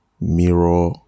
mirror